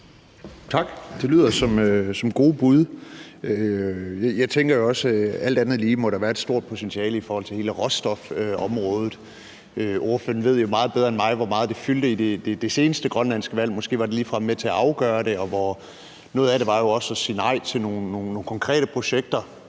Tak. Det lyder som gode bud. Jeg tænker også, at alt andet lige må der være et stort potentiale i forhold til hele råstofområdet. Ordføreren ved jo meget bedre end mig, hvor meget det fyldte i det seneste grønlandske valg. Måske var det ligefrem med til at afgøre det. Og noget af det var jo også at sige nej til nogle konkrete projekter.